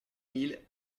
mille